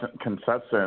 consensus